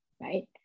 Right